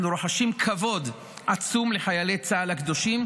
אנחנו רוחשים כבוד עצום לחיילי צה"ל הקדושים,